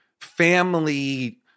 family